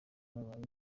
yabaye